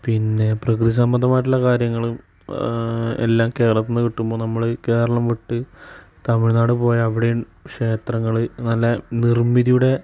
പിന്നെ പ്രകൃതി സംബന്ധമായിട്ടുള്ള കാര്യങ്ങളും എല്ലം കേരളത്തിൽ നിന്ന് കിട്ടുമ്പോൾ നമ്മൾ കേരളം വിട്ട് തമിഴ്നാട് പോയാൽ അവിടെയും ക്ഷേത്രങ്ങൾ നല്ല നിർമ്മിതിയുടെ